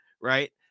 right